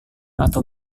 atau